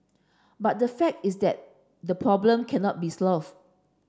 but the fact is that the problem cannot be solved